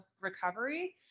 recovery